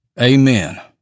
amen